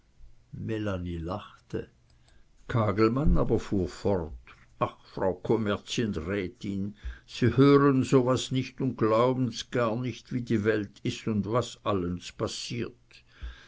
lachte kagelmann aber fuhr fort ach frau kommerzienrätin sie hören so was nich un glauben jar nich wie die welt is un was allens passiert